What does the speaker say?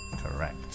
Correct